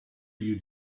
you